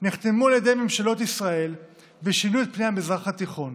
נחתמו על ידי ממשלות ישראל ושינו את פני המזרח התיכון.